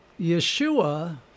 Yeshua